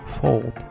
Fold